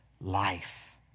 life